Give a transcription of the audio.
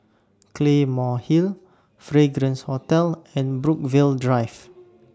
Claymore Hill Fragrance Hotel and Brookvale Drive